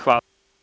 Hvala.